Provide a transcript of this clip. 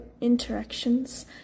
interactions